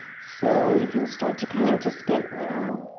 so you can start to kind of just get, you know,